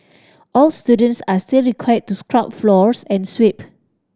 all students are still required to scrub floors and sweep